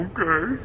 Okay